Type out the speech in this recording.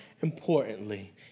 importantly